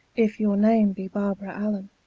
if your name be barbara allen.